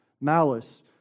malice